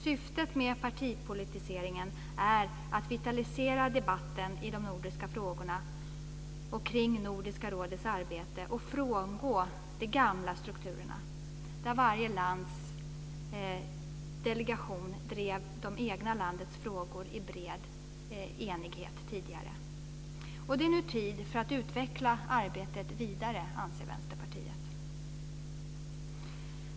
Syftet med partipolitiseringen är att vitalisera debatten i de nordiska frågorna och kring Nordiska rådets arbete och att frångå de gamla strukturerna, där varje lands delegation drev det egna landets frågor i bred enighet. Vänsterpartiet anser att det nu är tid att utveckla arbetet vidare. Herr talman!